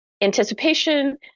anticipation